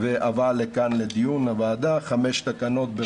והבאה לכאן לדיון לוועדה של חמש תקנות.